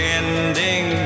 ending